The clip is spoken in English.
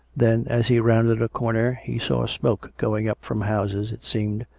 then, as he rounded a corner he saw smoke going up from houses, it seemed,